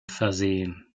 versehen